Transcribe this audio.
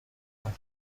کنی